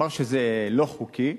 אמר שזה לא חוקי.